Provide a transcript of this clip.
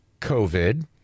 covid